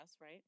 right